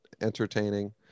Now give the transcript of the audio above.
entertaining